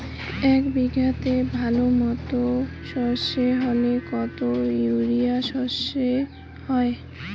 এক বিঘাতে ভালো মতো সর্ষে হলে কত ইউরিয়া সর্ষে হয়?